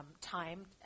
time